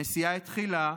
הנסיעה התחילה,